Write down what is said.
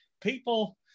People